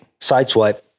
sideswipe